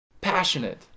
passionate